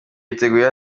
yiteguye